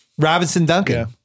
Robinson-Duncan